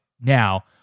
now